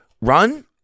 run